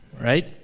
right